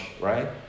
right